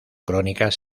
crónicas